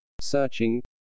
Searching